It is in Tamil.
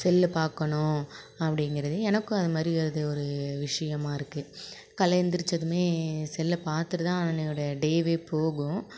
செல்லு பார்க்கணும் அப்படிங்கிறது எனக்கும் அதை மாதிரி அது ஒரு விஷயமா இருக்குது காலைல எழுந்திருச்சதுமே செல்லை பார்த்துட்டு தான் அன்றையோட டேவே போகும்